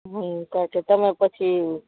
okay તમે પછી